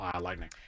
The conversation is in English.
Lightning